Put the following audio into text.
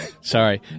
Sorry